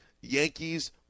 Yankees